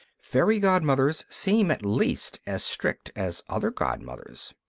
fairy godmothers seem at least as strict as other godmothers.